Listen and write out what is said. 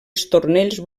estornells